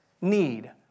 need